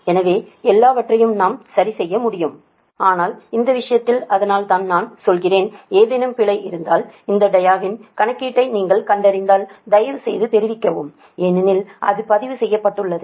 எனவே எல்லாவற்றையும் நாம் சரிசெய்ய முடியும் ஆனால் இந்த விஷயத்தில் அதனால்தான் நான் சொல்கிறேன் ஏதேனும் பிழை இருந்தால் இந்த டயாவின் கணக்கீட்டை நீங்கள் கண்டறிந்தால் தயவுசெய்து தெரிவிக்கவும் ஏனெனில் அது பதிவு செய்யப்பட்டுள்ளது